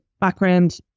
background